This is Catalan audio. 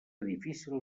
difícil